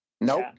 Nope